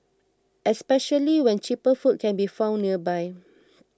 especially when cheaper food can be found nearby